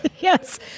Yes